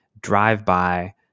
drive-by